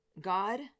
God